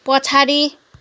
पछाडि